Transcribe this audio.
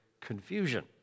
confusion